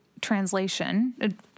translation